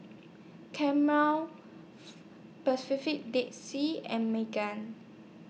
Camel Dead Sea and Megan